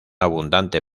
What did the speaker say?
abundante